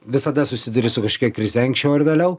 visada susiduri su kažkokia krize anksčiau ar vėliau